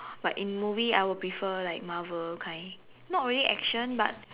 but in movie I will prefer like Marvel kind not really action but